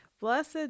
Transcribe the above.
Blessed